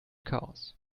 chaos